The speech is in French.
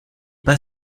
pas